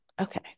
okay